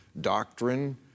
doctrine